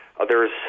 Others